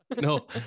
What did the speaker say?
No